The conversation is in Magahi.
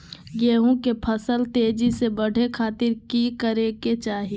गेहूं के फसल तेजी से बढ़े खातिर की करके चाहि?